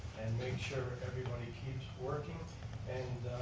make sure everybody keeps working and